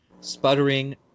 sputtering